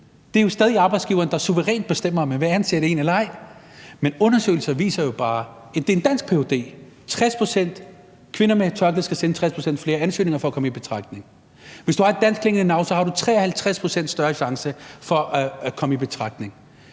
det er jo stadig arbejdsgiveren, der suverænt bestemmer, om man vil ansætte en eller ej. Men undersøgelser viser jo bare – det er en dansk ph.d. – at 60 pct. kvinder med et tørklæde skal sende 60 pct. flere ansøgninger for at komme i betragtning. Hvis du har et danskklingende navn, har du 53 pct. større chance for at komme i betragtning.